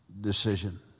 decision